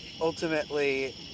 ultimately